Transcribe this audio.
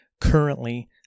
currently